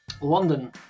London